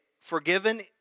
Forgiven